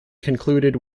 concluded